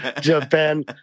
Japan